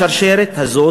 השרשרת הזאת,